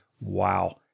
wow